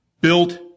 built